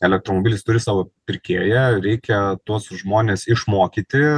elektromobilis turi savo pirkėją reikia tuos žmones išmokyti